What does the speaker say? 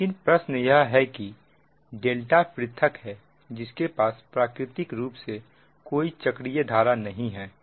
लेकिन प्रश्न यह है कि ∆ पृथक है जिसके पास प्राकृतिक रूप से कोई चक्रीय धारा नहीं है